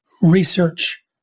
research